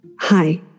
Hi